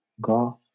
go